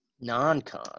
Non-con